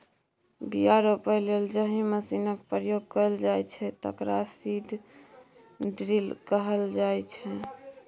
बीया रोपय लेल जाहि मशीनक प्रयोग कएल जाइ छै तकरा सीड ड्रील कहल जाइ छै